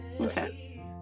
Okay